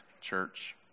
church